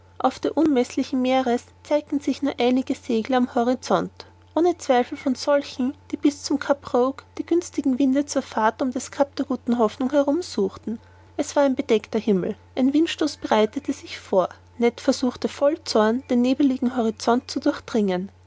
auf der unermeßlichen meeres zeigten sich nur einige segel am horizont ohne zweifel von solchen die bis zum cap roque die günstigen winde zur fahrt um das cap der guten hoffnung herum suchen es war bedeckter himmel ein windstoß bereitete sich vor ned versuchte voll zorn den nebeligen horizont zu durchdringen